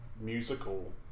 musical